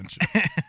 attention